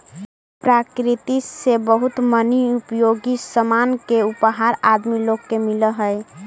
प्रकृति से बहुत मनी उपयोगी सामान के उपहार आदमी लोग के मिलऽ हई